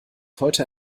heute